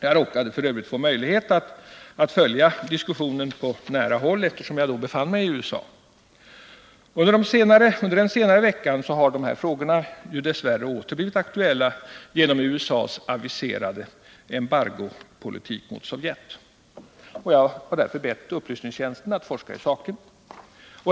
Jag råkade f. ö. ha möjlighet att följa den diskussionen på nära håll eftersom jag då befann mig i USA. Under den senaste veckan har de här frågorna dess värre åter blivit aktuella genom USA:s aviserade embargopolitik mot Sovjet. Som en följd härav har jag bett upplysningstjänsten att forska i saken.